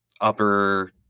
upper